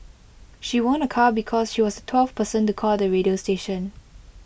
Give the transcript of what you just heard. she won A car because she was the twelfth person to call the radio station